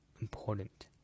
important